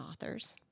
authors